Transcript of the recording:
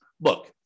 look